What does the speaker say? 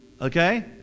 okay